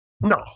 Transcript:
No